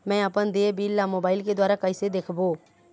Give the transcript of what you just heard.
मैं अपन देय बिल ला मोबाइल के द्वारा कइसे देखबों?